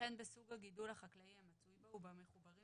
וכן בסוג הגידול החקלאי המצוי בו ובמחוברים